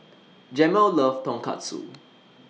Jamel loves Tonkatsu